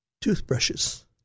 toothbrushes